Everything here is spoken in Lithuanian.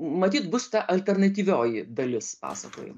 matyt bus ta alternatyvioji dalis pasakojim